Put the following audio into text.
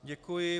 Děkuji.